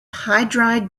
hydride